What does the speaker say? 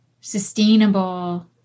sustainable